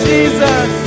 Jesus